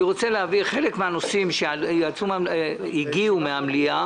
אני רוצה להביא חלק מן הנושאים שהגיעו מן המליאה,